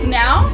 now